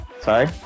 Sorry